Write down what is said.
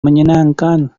menyenangkan